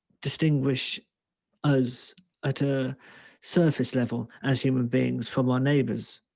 distinguish us at a surface level, as human beings, from our neighbors,